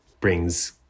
brings